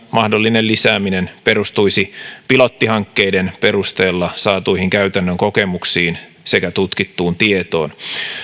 mahdollinen lisääminen perustuisi pilottihankkeiden perusteella saatuihin käytännön kokemuksiin sekä tutkittuun tietoon